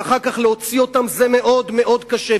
ואחר כך להוציא אותם זה מאוד מאוד קשה,